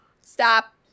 stop